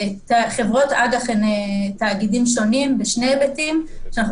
חברות אג"ח הן תאגידים שונים בשני היבטים ,שאנחנו